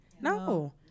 no